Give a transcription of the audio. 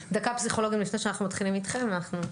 פסיכולוגים, לפני שאנחנו מתחילים איתכם.